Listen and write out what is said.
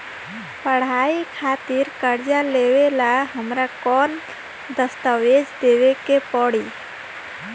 पढ़ाई खातिर कर्जा लेवेला हमरा कौन दस्तावेज़ देवे के पड़ी?